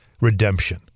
redemption